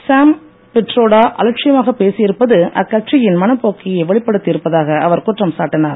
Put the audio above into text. சாம் பிட்ரோடா அலட்சியமாக பேசியிருப்பது அக்கட்சியின் மனப்போக்கையே வெளிப்படுத்தி இருப்பதாக அவர் குற்றம் சாட்டினார்